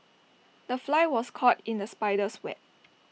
the fly was caught in the spider's web